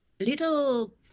little